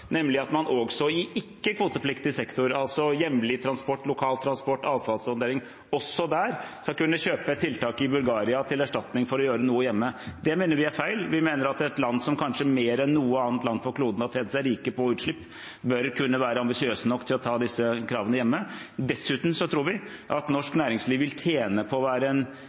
nemlig at man også i ikke-kvotepliktig sektor, altså hjemlig transport, lokaltransport, avfallshåndtering, skal kunne kjøpe tiltak i Bulgaria til erstatning for å gjøre noe hjemme. Det mener vi er feil. Vi mener at et land som kanskje mer enn noe annet land på kloden har tjent seg rik på utslipp, bør kunne være ambisiøs nok til å ta disse kravene hjemme. Dessuten tror vi at norsk næringsliv vil tjene på å